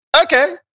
okay